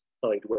sideways